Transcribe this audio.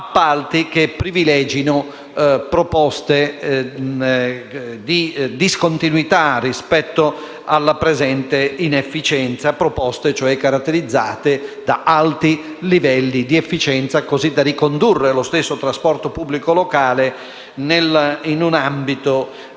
appalti che privilegino proposte di discontinuità rispetto alla presente inefficienza, proposte cioè caratterizzate da alti livelli di efficienza, così da ricondurre lo stesso trasporto pubblico locale nell'ambito